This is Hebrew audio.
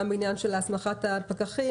גם בעניין של הסמכת הפקחים,